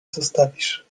zostawisz